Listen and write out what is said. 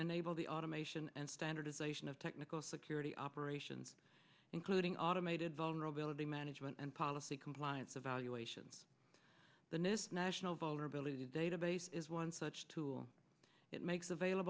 enable the automation and standardization of technical security operations including automated vulnerability management and policy compliance evaluations the newest national vulnerability database is one such tool that makes